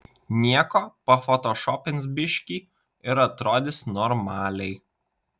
nieko pafotošopins biškį ir atrodys normaliai